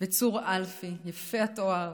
צור אלפי יפה התואר,